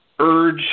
urge